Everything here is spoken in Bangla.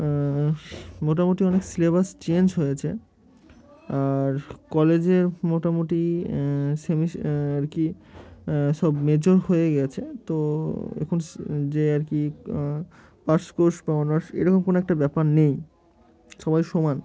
মোটামুটি অনেক সিলেবাস চেঞ্জ হয়েছে আর কলেজের মোটামুটি সেমিস আর কি সব মেজর হয়ে গিয়েছে তো এখন যে আর কি পারস কোর্স বা অনার্স এরকম কোনো একটা ব্যাপার নেই সবাই সমান